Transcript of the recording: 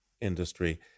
industry